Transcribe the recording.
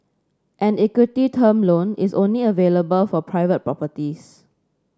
an equity term loan is only available for private properties